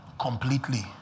completely